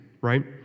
right